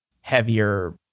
heavier